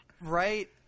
right